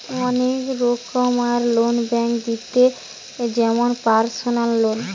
অনেক রোকমকার loan bank দিতেছে যেমন পারসনাল লোন